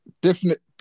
definite